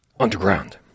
underground